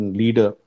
leader